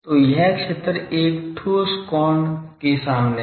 तो यह क्षेत्र एक कोण ठोस कोण omega के सामने है